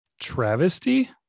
travesty